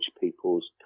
people's